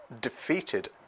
defeated